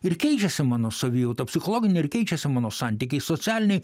ir keičiasi mano savijauta psichologinė ir keičiasi mano santykiai socialiniai